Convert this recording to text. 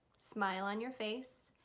smile on your face,